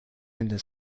into